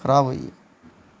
खराब होई गे